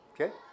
Okay